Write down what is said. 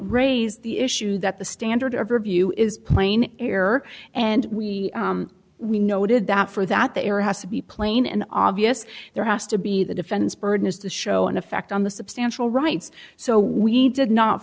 raise the issue that the standard of review is plain error and we noted that for that there has to be plain and obvious there has to be the defense burden is to show an effect on the substantial rights so we did not